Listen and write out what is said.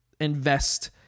invest